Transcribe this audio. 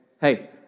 hey